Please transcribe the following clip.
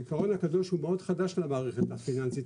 העיקרון הקדוש הוא מאוד חדש למערכת הפיננסית